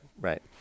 right